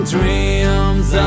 Dreams